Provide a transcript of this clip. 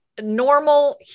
normal